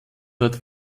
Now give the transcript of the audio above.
dort